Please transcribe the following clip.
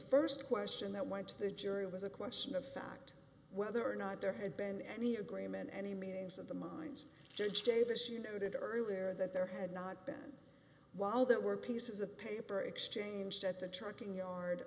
first question that went to the jury was a question of fact whether or not there had been any agreement any meetings of the mines judge davis you noted earlier that there had not been while there were pieces of paper exchanged at the trucking yard